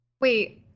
Wait